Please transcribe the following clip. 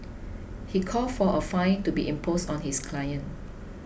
he called for a fine to be imposed on his client